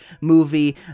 movie